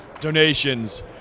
donations